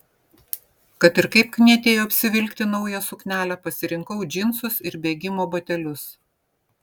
kad ir kaip knietėjo apsivilkti naują suknelę pasirinkau džinsus ir bėgimo batelius